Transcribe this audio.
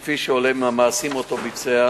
כפי שעולה מן המעשים שביצע,